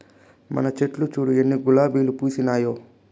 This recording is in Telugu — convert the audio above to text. మన చెట్లు చూడు ఎన్ని గులాబీలు పూసినాయో